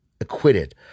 acquitted